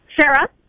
Sarah